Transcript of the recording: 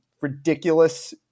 ridiculous